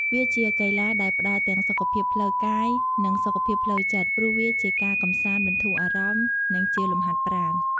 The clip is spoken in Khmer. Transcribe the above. វាជាកីឡាដែលផ្ដល់ទាំងសុខភាពផ្លូវកាយ និងសុខភាពផ្លូវចិត្ត ព្រោះវាជាការកម្សាន្តបន្ធូរអារម្មណ៍ និងជាលំហាត់ប្រាណ។